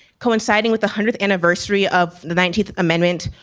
coinciding with the hundredth anniversary of the nineteenth amendment.